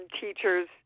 teachers